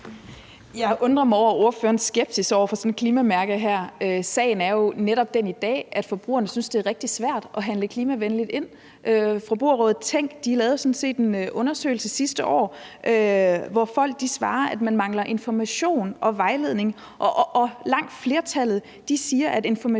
Jeg undrer mig over ordførerens skepsis over for sådan et klimamærke her. Sagen er jo netop den i dag, at forbrugerne synes, det er rigtig svært at handle klimavenligt ind. Forbrugerrådet Tænk lavede sådan set en undersøgelse sidste år, hvor folk svarer, at man mangler information og vejledning, og langt de fleste siger, at information